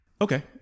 okay